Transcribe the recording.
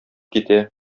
китә